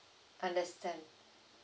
understand